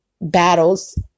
battles